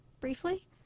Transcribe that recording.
Briefly